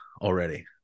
already